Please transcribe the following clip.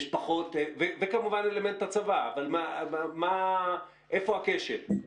וכמובן אלמנט הצבא, אבל איפה הכשל?